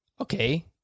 Okay